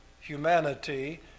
humanity